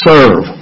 Serve